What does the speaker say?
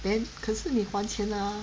then 可是你还钱了 ah